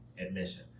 admission